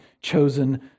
chosen